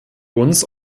uns